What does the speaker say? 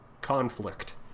conflict